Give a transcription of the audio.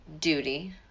duty